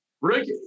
Rick